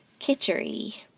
kitchery